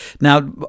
Now